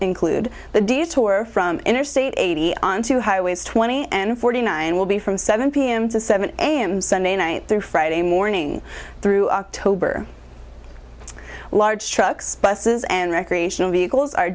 include the detour from interstate eighty onto highways twenty and forty nine will be from seven p m to seven a m sunday night through friday morning through october large trucks buses and recreational vehicles are